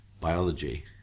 biology